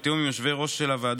בתיאום עם יושבי-ראש הוועדות,